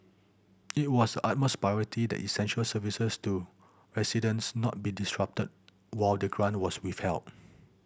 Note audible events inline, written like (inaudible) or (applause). it was the utmost priority that essential services to residents not be disrupted while the grant was withheld (noise)